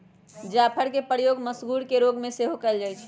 जाफरके प्रयोग मसगुर के रोग में सेहो कयल जाइ छइ